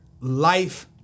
life